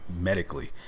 medically